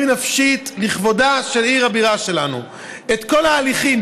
אם נפשט לכבודה של עיר הבירה שלנו את כל ההליכים,